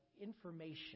information